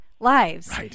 Lives